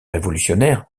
révolutionnaires